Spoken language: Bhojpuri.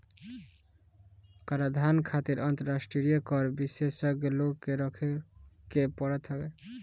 कराधान खातिर अंतरराष्ट्रीय कर विशेषज्ञ लोग के रखे के पड़त हवे